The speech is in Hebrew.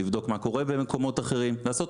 לבדוק מה קורה במקומות אחרים לעשות